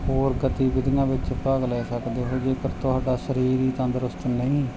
ਹੋਰ ਗਤੀਵਿਧੀਆਂ ਵਿੱਚ ਭਾਗ ਲੈ ਸਕਦੇ ਹੋ ਜੇਕਰ ਤੁਹਾਡਾ ਸਰੀਰ ਹੀ ਤੰਦਰੁਸਤ ਨਹੀਂ